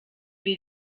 wir